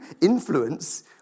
influence